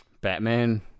Batman